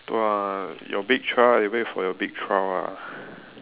!wah! your big trial you wait for your big trial ah